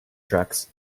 tracks